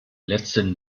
letzten